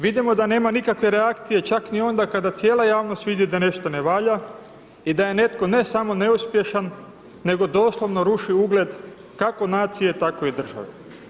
Vidimo da nema nikakve reakcije čak ni onda kada cijela javnost vidi da nešto ne valja i da je netko ne samo neuspješan nego doslovno ruši ugled kako nacije tako i države.